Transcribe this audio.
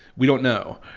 we don't know.